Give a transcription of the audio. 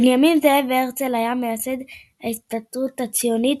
בנימין זאב הרצל היה מייסד ההסתדרות הציונית